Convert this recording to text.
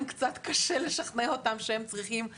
קצת קשה לשכנע אותם שהם צריכים להיכנס גם לזה.